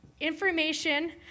information